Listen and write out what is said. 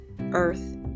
earth